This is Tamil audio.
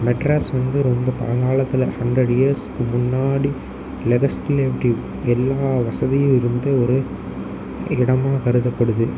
மெட்ராஸ் வந்து ரொம்ப பழங்காலத்தில் ஹண்ட்ரேட் இயர்ஸ்க்கு முன்னாடி லெகஸ்ட்லேவ்டிவ் எல்லா வசதியும் இருந்த ஒரு இடமாக கருதப்படுது